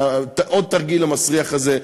העוד-תרגיל-מסריח הזה,